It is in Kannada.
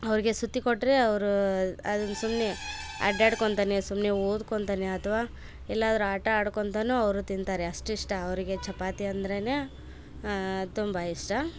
ಅವರಿಗೆ ಸುತ್ತಿಕೊಟ್ಟರೆ ಅವರು ಅದನ್ನು ಸುಮ್ಮನೆ ಅಡ್ದಾಡ್ಕೊಂತನೆ ಸುಮ್ಮನೆ ಓದ್ಕೊಂತನೆ ಅಥ್ವಾ ಎಲ್ಲಾದರೂ ಆಟ ಆಡ್ಕೊಂತನು ಅವರು ತಿಂತಾರೆ ಅಷ್ಟಿಷ್ಟ ಅವರಿಗೆ ಚಪಾತಿ ಅಂದರೇನೆ ತುಂಬಾ ಇಷ್ಟ